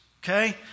Okay